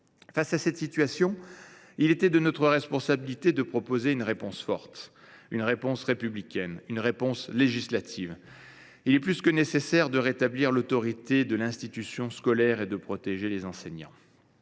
Face à cette situation, il était de notre responsabilité de proposer une réponse forte, républicaine et législative. Il est plus que nécessaire de rétablir l’autorité de l’institution scolaire et de protéger les enseignants.